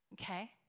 okay